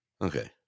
Okay